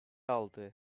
aldı